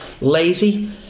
lazy